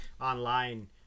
online